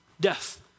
death